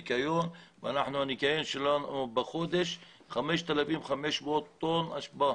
נותנים ניקיון והניקיון שלנו בחודש מוציא 5,500 טון אשפה.